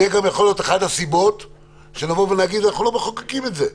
זו גם יכולה להיות אחת הסיבות לכך שנבוא ונגיד: אנחנו לא מחוקקים את זה,